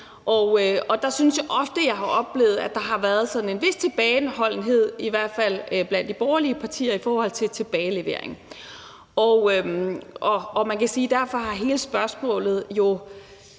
og der synes jeg ofte, at jeg har oplevet, at der har været sådan en vis tilbageholdenhed, i hvert fald blandt de borgerlige partier, i forhold til tilbagelevering. Derfor har hele spørgsmålet jo